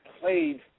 played –